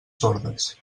sordes